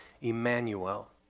Emmanuel